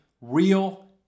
real